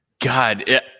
God